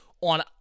on